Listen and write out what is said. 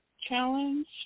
challenge